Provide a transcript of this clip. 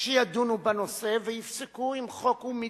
שידונו בנושא ויפסקו אם חוק הוא מידתי,